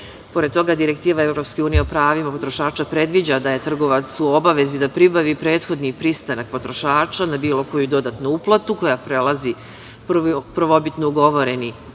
Pored toga direktiva EU o pravima potrošača predviđa da je trgovac u obavezi da pribavi prethodni pristanak potrošača na bilo koju dodatnu uplatu koja prelazi prvobitno ugovoreni iznos